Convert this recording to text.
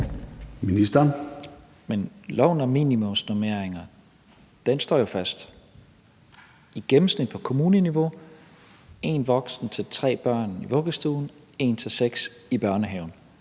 Tesfaye): Men loven om minimumsnormeringer står jo fast. I gennemsnit på kommuneniveau er det én voksen til tre børn i vuggestuen og én til seks i børnehaven.